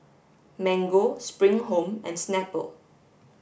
Mango Spring Home and Snapple